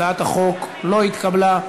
הצעת החוק לא התקבלה.